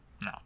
No